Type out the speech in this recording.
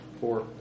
Four